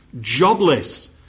jobless